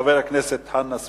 חבר הכנסת חנא סוייד.